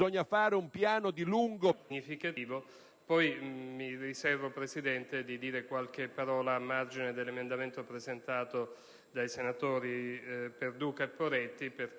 Dalla politica delle parole noi siamo passati alla politica dei fatti.